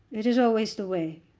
it is always the way.